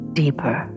deeper